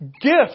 gift